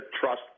trust